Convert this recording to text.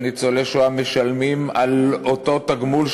וניצולי שואה משלמים על אותו תגמול,